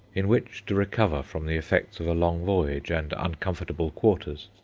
in which to recover from the effects of a long voyage and uncomfortable quarters.